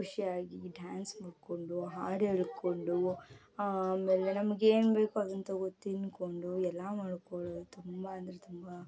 ಖುಷಿಯಾಗಿ ಡ್ಯಾನ್ಸ್ ಮಾಡಿಕೊಂಡು ಹಾಡು ಹೇಳಿಕೊಂಡು ಆಮೇಲೆ ನಮ್ಗೆ ಏನು ಬೇಕೊ ಅದನ್ನು ತಗೊ ತಿನ್ಕೊಂಡು ಎಲ್ಲ ಮಾಡಿಕೊಳ್ಳೋದು ತುಂಬ ಅಂದರೆ ತುಂಬ